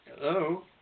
Hello